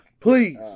Please